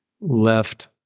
left